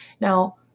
Now